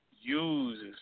uses